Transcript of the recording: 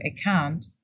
account